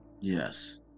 Yes